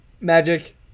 Magic